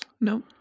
No